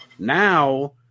Now